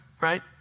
right